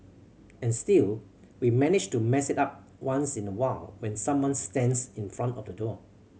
and still we manage to mess it up once in a while when someone stands in front of the door